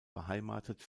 beheimatet